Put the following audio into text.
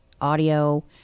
audio